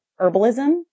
herbalism